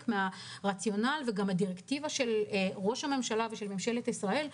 חלק מהרציונל וגם הדירקטיבה של ראש הממשלה ושל ממשלת ישראל,